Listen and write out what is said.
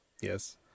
Yes